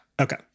okay